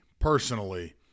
personally